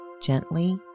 Gently